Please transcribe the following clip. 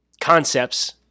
concepts